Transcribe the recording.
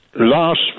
Last